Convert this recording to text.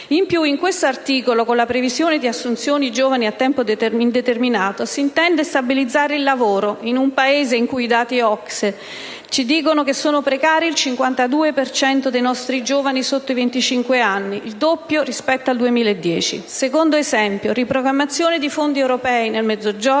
In più in questo articolo, con la previsione di assunzioni di giovani a tempo indeterminato, si intende stabilizzare il lavoro in un Paese in cui, come testimoniano i dati OCSE, è precario il 52 per cento dei giovani sotto i 25 anni: il doppio rispetto al 2010. Il secondo esempio è dato dalla riprogrammazione di fondi europei nel Mezzogiorno